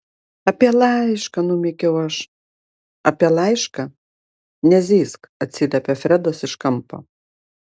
apie laišką numykiau aš apie laišką nezyzk atsiliepė fredas iš kampo